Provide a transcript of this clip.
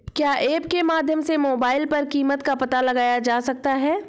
क्या ऐप के माध्यम से मोबाइल पर कीमत का पता लगाया जा सकता है?